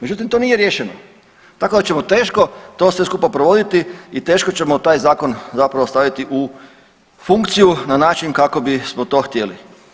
Međutim, to nije riješeno tako da ćemo teško to sve skupa provoditi i teško ćemo taj zakon zapravo staviti u funkciju na način kako bismo to htjeli.